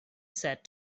said